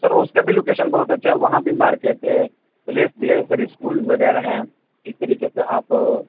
سر وہ اس کا بھی لوکیشن بہت اَچّھا ہے وہاں بھی مارکیٹ ہے پلیس بھی ہے سر اسکول وغیرہ ہیں اس طریقے سے آپ